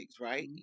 right